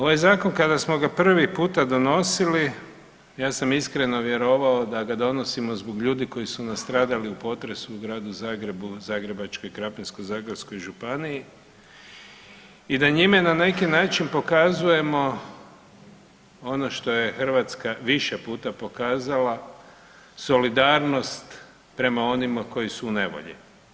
Ovaj zakon kada smo ga prvi puta donosili ja sam iskreno vjerovao da ga donosimo zbog ljudi koji su nastradali u potrebu u Gradu Zagrebu, Zagrebačkoj, Krapinsko-zagorskog županiji i da njime na neki način pokazujemo ono što je Hrvatska više puta pokazala solidarnost prema onima koji su u nevolji.